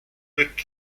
with